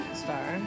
star